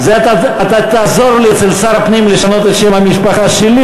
אתה תעזור לי אצל שר הפנים לשנות את שם המשפחה שלי.